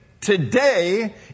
today